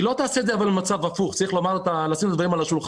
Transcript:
היא לא תעשה את זה במצב הפוך וצריך לשים את הדברים על השולחן.